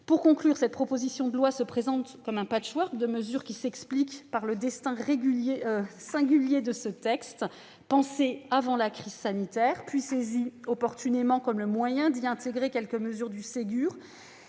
déraisonnables. Cette proposition de loi se présente comme un patchwork de mesures qui s'expliquent par le destin singulier de ce texte, pensé avant la crise sanitaire, puis saisi opportunément comme le moyen d'y intégrer quelques mesures du Ségur